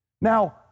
Now